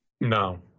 No